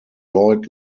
lloyd